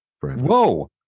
Whoa